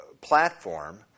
platform